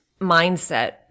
mindset